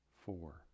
four